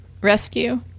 rescue